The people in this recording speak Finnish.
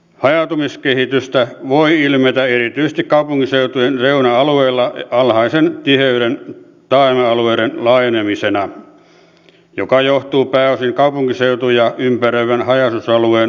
hajautumiskehitystä voi ilmetä erityisesti kaupunkiseutujen reuna alueilla alhaisen tiheyden taajama alueiden laajenemisena joka johtuu pääosin kaupunkiseutuja ympäröivän haja asutusalueen hajarakentamisesta